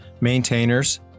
maintainers